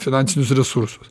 finansinius resursus